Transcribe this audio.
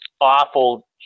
awful